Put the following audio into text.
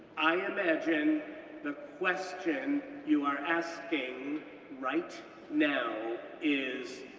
i imagine the question you are asking right now is,